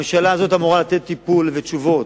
הממשלה הזאת אמורה לתת טיפול ותשובות,